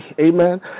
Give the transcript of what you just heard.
Amen